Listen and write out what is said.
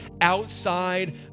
outside